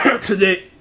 Today